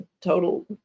total